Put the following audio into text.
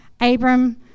Abram